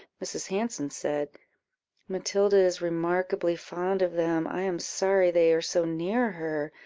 mrs. hanson said matilda is remarkably fond of them i am sorry they are so near her,